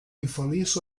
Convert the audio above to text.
infeliç